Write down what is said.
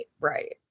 Right